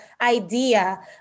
idea